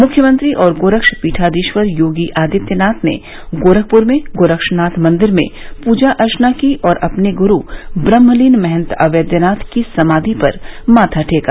मुख्यमंत्री और गोरक्षपीठाधीश्वर योगी आदित्यनाथ ने गोरखपुर में गोरक्षनाथ मंदिर में पूजा अर्चना की और अपने गुरू ब्रहमलीन महंत अवेद्यनाथ की समाधि पर माथा टेका